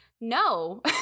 no